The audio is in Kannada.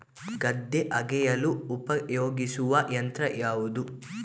ಗದ್ದೆ ಅಗೆಯಲು ಉಪಯೋಗಿಸುವ ಯಂತ್ರ ಯಾವುದು?